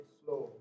slow